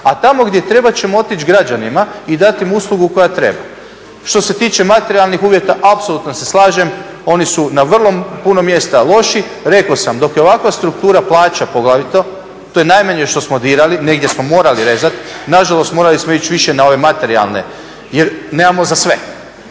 a tamo gdje treba ćemo otići građanima i dati im uslugu koja treba. Što se tiče materijalnih uvjeta apsolutno se slažem, oni su na vrlo puno mjesta loši. Rekao sam, dok je ovakva struktura plaća poglavito, to je najmanje što smo dirali, negdje smo morali rezati, nažalost morali smo ići više na ove materijalne jer nemamo za sve.